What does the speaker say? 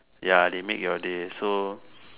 ya they make your day so